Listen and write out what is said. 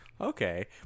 Okay